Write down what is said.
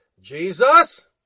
Jesus